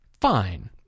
fine